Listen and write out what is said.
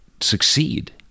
succeed